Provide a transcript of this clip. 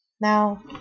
now